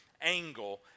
angle